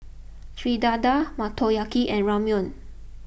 Fritada Motoyaki and Ramyeon